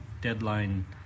deadline